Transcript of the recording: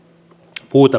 puuta